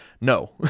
No